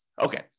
Okay